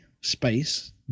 space